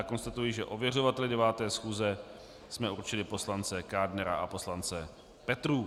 Konstatuji, že ověřovateli 9. schůze jsme určili poslance Kádnera a poslance Petrů.